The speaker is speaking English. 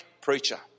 preacher